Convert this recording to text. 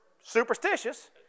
superstitious